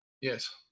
Yes